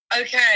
okay